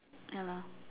ya lah